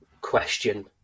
question